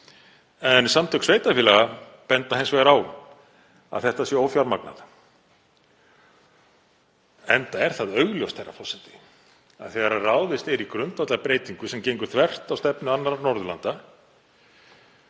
íslenskra sveitarfélaga benda hins vegar á að þetta sé ófjármagnað. Enda er það augljóst, herra forseti, að þegar ráðist er í grundvallarbreytingu sem gengur þvert á stefnu annarra Norðurlanda,